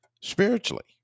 spiritually